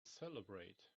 celebrate